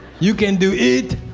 you can do it.